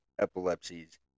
epilepsies